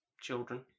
children